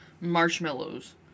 marshmallows